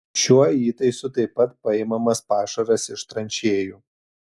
šiuo įtaisu taip pat paimamas pašaras iš tranšėjų